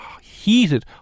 heated